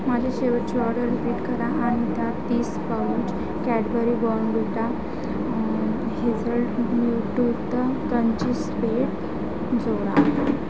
माझी शेवटची order repeat करा आणि त्यात तीस पाउच कॅडबरी बॉनविटा हेझलन्यूट्रुथ क्रंची स्प्रेड जोडा